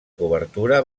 cobertura